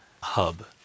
hub